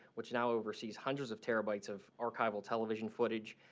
which now oversees hundreds of terabytes of archival television footage.